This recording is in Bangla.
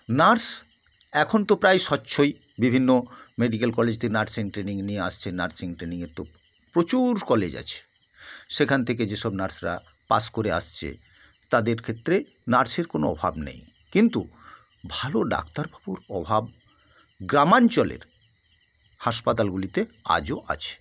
নার্স এখন তো প্রায় স্বচ্ছই বিভিন্ন মেডিকেল কলেজ থেকে নার্সিং ট্রেনিং নিয়ে আসছে নার্সিং ট্রেনিং এর তো প্রচুর কলেজ আছে সেখান থেকে যেসব নার্সরা পাস করে আসছে তাদের ক্ষেত্রে নার্সের কোনো অভাব নেই কিন্তু ভালো ডাক্তারবাবুর অভাব গ্রামাঞ্চলের হাসপাতালগুলিতে আজও আছে